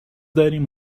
داریم